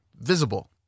visible